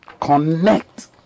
Connect